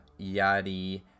Yadi